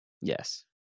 Yes